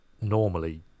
normally